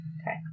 Okay